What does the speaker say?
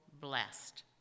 Blessed